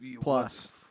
plus